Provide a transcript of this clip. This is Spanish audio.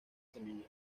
semillas